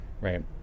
right